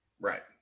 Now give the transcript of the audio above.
right